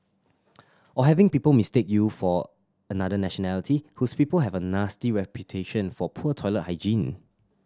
or having people mistake you for another nationality whose people have a nasty reputation for poor toilet hygiene